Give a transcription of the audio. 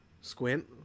Squint